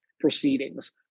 proceedings